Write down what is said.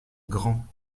grands